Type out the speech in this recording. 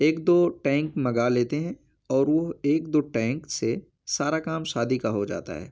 ایک دو ٹینک منگا لیتے ہیں اور وہ ایک دو ٹینک سے سارا کام شادی کا ہو جاتا ہے